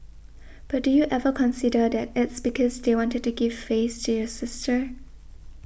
but do you ever consider that it's because they wanted to give face to your sister